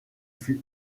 fut